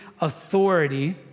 authority